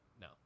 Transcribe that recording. no